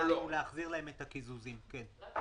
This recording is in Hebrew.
זה אמור להחזיר להם את הקיזוזים, כן.